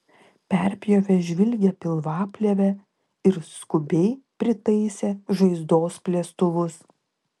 perpjovė žvilgią pilvaplėvę ir skubiai pritaisė žaizdos plėstuvus